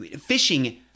fishing